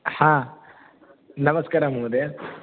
नमस्कारः महोदय